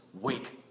Wake